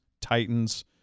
Titans